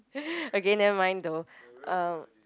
okay never mind though uh